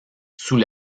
sous